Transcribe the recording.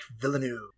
Villeneuve